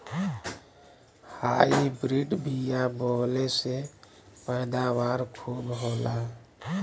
hybrid बिया बोवले से पैदावार खूब होला